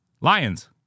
lions